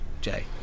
Jay